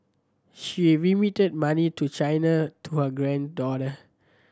she's remitting money to China to her granddaughter